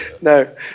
No